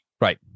Right